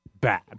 Bad